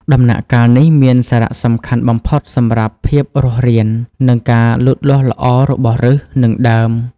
ដំណាក់កាលនេះមានសារៈសំខាន់បំផុតសម្រាប់ភាពរស់រាន និងការលូតលាស់ល្អរបស់ឬស និងដើម។